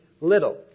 little